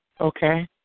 Okay